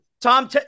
Tom